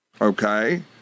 okay